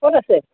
ক'ত আছে